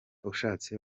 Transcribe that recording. ushatse